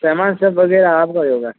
सामन सब वगैरह आप का ही होगा